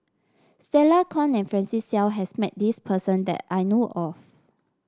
Stella Kon and Francis Seow has met this person that I know of